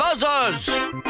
Buzzers